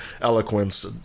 eloquence